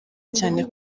cyane